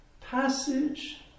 passage